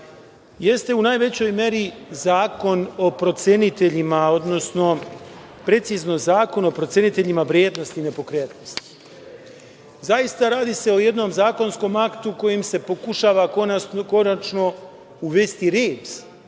jeste u najvećoj meri Zakon o proceniteljima, odnosno precizno Zakon o proceniteljima vrednosti i nepokretnosti. Zaista se radi o jednom zakonskom aktu kojim se pokušava konačno uvesti red